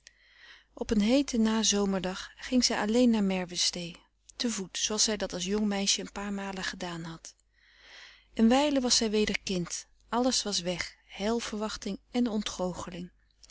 op een heeten nazomerdag ging zij alleen naar merwestëe te voet zooals zij dat als jong meisje een paar malen gedaan had een wijle was zij weder kind alles was weg heil verwachting en ontgoocheling